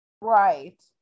right